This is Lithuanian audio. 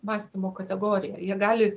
mąstymo kategorija jie gali